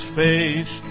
face